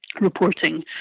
Reporting